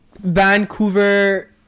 Vancouver